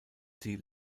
sie